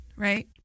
Right